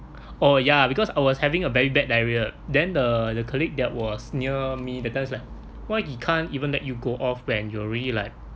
oh ya because I was having a very bad diarrhoea than the the colleague there was near me that time lah why you can't even let you go off when you're really like